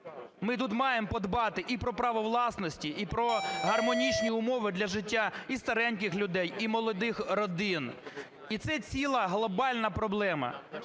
Ми тут маємо подбати і про право власності, і про гармонічні умови для життя і стареньких людей, і молодих родин. І це ціла глобальна проблема.